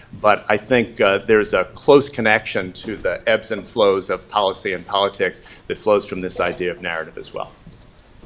but i think there is a close connection to the ebbs and flows of policy and politics that flows from this idea of narrative as well.